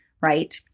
right